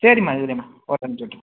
சரிம்மா சரிம்மா பார்த்து அனுப்ச்சுடுறேன்